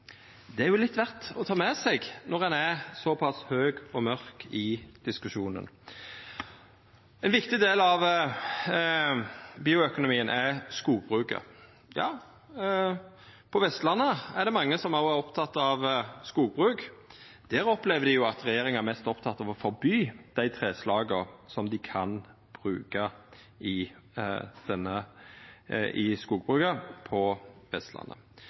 Det er det jo verd å ta med seg når ein er såpass høg og mørk i diskusjonen. Ein viktig del av bioøkonomien er skogbruket. På Vestlandet er det mange som er opptekne av skogbruk. Der opplever ein at regjeringa er mest oppteken av å forby dei treslaga som dei kan bruka i